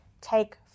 Take